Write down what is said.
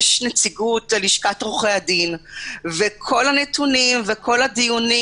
יש נציגות ללשכת עורכי הדין וכל הנתונים וכל הדיונים,